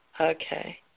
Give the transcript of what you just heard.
Okay